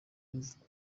imvugo